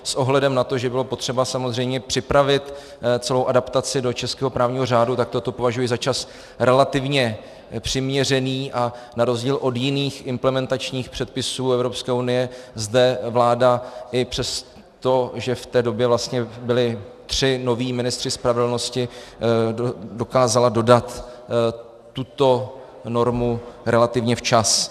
S ohledem na to, že bylo potřeba samozřejmě připravit celou adaptaci do českého právního řádu, tak toto považuji za čas relativně přiměřený a na rozdíl od jiných implementačních předpisů EU zde vláda i přesto, že v té době vlastně byli tři noví ministři spravedlnosti, dokázala dodat tuto normu relativně včas.